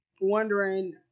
wondering